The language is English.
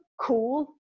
cool